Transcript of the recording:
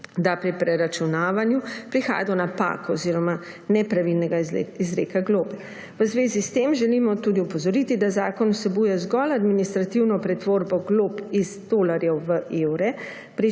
da pri preračunavanju prihaja do napak oziroma nepravilnega izreka globe. V zvezi s tem želimo tudi opozoriti, da zakon vsebuje zgolj administrativno pretvorbo glob iz tolarjev v evre,